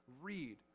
read